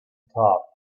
top